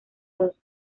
dos